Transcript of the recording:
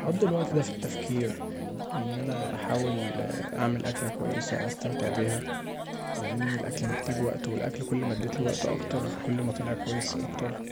أقضي الوقت دا في التفكير وان أنا أحاول أعمل أكله كويسه استمتع بيها، لأن الأكل محتاج وقت والأكل كل ما اديتله وقت اكتر كل ما طلع كويس اكتر،